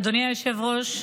אדוני היושב-ראש,